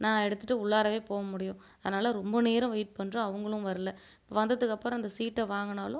நான் எடுத்துட்டு உள்ளாரவே போக முடியும் அதனால் ரொம்ப நேரம் வெயிட் பண்ணுறேன் அவங்களும் வரல வந்ததுக்கு அப்புறம் அந்த சீட்டை வாங்கினாலும்